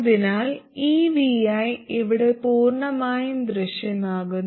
അതിനാൽ ഈ vi ഇവിടെ പൂർണ്ണമായും ദൃശ്യമാകുന്നു